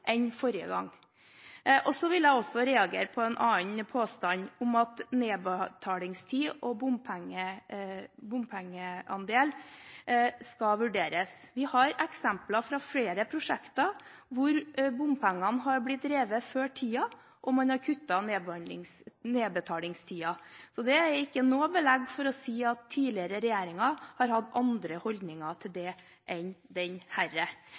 enn forrige gang. Jeg reagerer også på en annen påstand, den om at nedbetalingstid og bompengeandel skal vurderes. Vi har eksempler fra flere prosjekter hvor bompengene har blitt drevet inn før tiden, og man har kuttet nedbetalingstiden, så det er ikke noe belegg for å si at tidligere regjeringer har hatt andre holdninger til det enn denne. Så var det også sånn at så sent som den